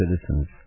citizens